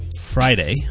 Friday